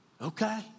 okay